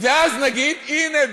ואז נגיד: הנה,